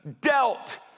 dealt